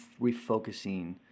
refocusing